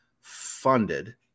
funded